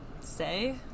say